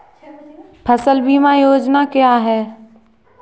फसल बीमा योजना क्या है?